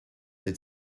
that